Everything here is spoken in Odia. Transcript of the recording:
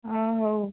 ହଁ ହଉ